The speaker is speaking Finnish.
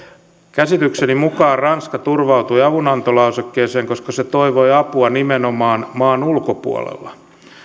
käsitykseni mukaan ranska turvautui avunantolausekkeeseen koska se toivoi apua nimenomaan maan ulkopuolella